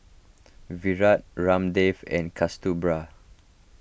Virat Ramdev and Kasturba